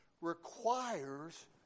requires